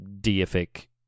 deific